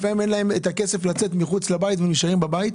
לפעמים אין להם את הכסף לצאת מחוץ לבית אז הם נשארים בבית,